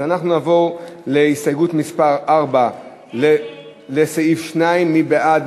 אז אנחנו נעבור להסתייגות מס' 4 לסעיף 2. מי בעד?